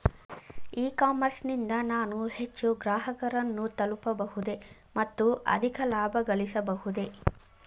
E commerce ನಿಂದ ನಾನು ಹೆಚ್ಚು ಗ್ರಾಹಕರನ್ನು ತಲುಪಬಹುದೇ ಮತ್ತು ಅಧಿಕ ಲಾಭಗಳಿಸಬಹುದೇ?